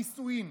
נישואים.